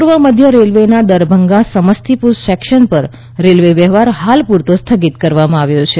પૂર્વ મધ્ય રેલવેના દરભંગા સમસ્તીપુર સેકશન પર રેલવે વ્યવહાર હાલ પુરતો સ્થગિત કરવામાં આવ્યો છે